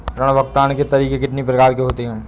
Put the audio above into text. ऋण भुगतान के तरीके कितनी प्रकार के होते हैं?